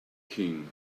king